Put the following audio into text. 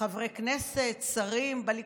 חברי כנסת ושרים בליכוד?